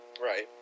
right